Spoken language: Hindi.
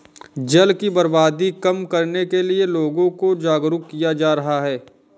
जल की बर्बादी कम करने के लिए लोगों को जागरुक किया जा रहा है